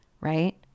right